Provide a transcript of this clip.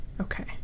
Okay